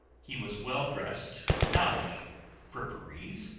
he was well dressed without fripperies,